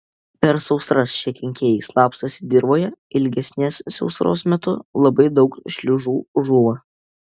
per sausras šie kenkėjai slapstosi dirvoje ilgesnės sausros metu labai daug šliužų žūva